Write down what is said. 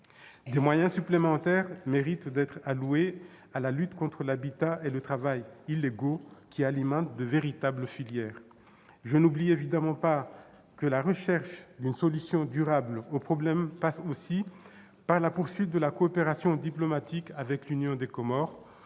Des moyens supplémentaires devraient être alloués à la lutte contre l'habitat et le travail illégaux, qui alimentent de véritables filières. Je n'oublie évidemment pas que la recherche d'une solution durable au problème passe aussi par la poursuite de la coopération diplomatique avec l'Union des Comores,